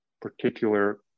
particular